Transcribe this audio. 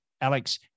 Alex